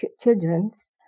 childrens